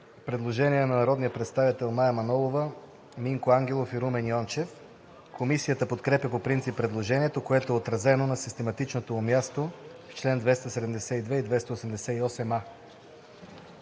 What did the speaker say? Предложение на народните представители Мая Манолова, Минко Ангелов и Румен Йончев. Комисията подкрепя по принцип предложението, което е отразено на систематичното му място в чл. 272 и 288а.